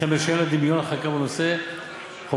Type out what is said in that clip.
וכן בשל הדמיון לחקיקה בנושא חובות